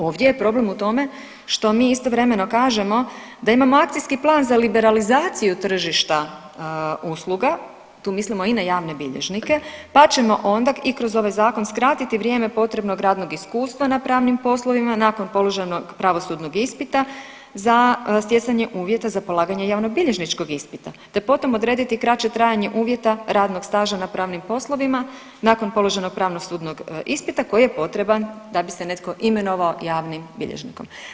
Ovdje je problem u tome što mi istovremeno kažemo da imamo akcijski plan za liberalizaciju tržišta usluga, tu mislimo i na javne bilježnike, pa ćemo onda i kroz ovaj zakon skratiti vrijeme potrebnog radnog iskustva na pravnim poslovima, nakon položenog pravosudnog ispita za stjecanje uvjeta za polaganje javnobilježničkog ispita te potom odrediti kraće trajanje uvjeta radnog staža na pravnim poslovima nakon položenog pravosudnog ispita koji je potreban da bi se netko imenovao javnim bilježnikom.